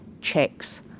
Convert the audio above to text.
checks